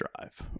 drive